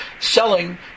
selling